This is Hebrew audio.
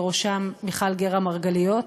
ובראשם מיכל גרא-מרגליות,